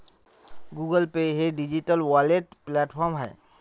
Google Pay हे digital wallet platform आहे